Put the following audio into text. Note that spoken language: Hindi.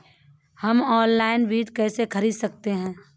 हम ऑनलाइन बीज कैसे खरीद सकते हैं?